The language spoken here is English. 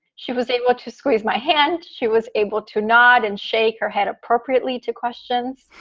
she was able to squeeze my hand. she was able to nod and shake her head appropriately to questions.